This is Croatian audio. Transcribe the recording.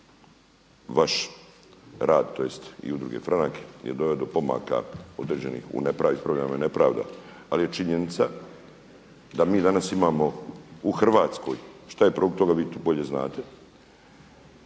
vaš rad tj. i Udruge Franak je doveo do pomaka određenih, ispravljena je nepravda ali je činjenica da mi danas imamo u Hrvatskoj, što je problem toga vi to bolje znate,